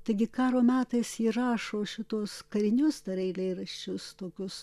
taigi karo metais ji rašo šituos karinius dar eilėraščius tokius